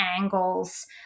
angles